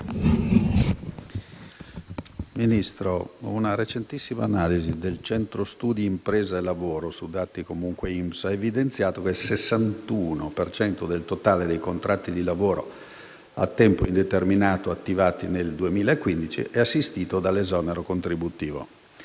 Ministro, una recentissima analisi del Centro studi ImpresaLavoro, effettuato sulla base di dati INPS, ha evidenziato che il 61 per cento del totale dei contratti di lavoro a tempo indeterminato attivati nel 2015 è assistito dall'esonero contributivo.